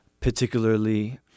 particularly